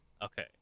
Okay